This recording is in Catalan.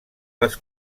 les